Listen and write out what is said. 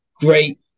great